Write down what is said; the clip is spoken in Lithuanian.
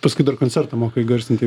paskui dar koncertą moka įgarsinti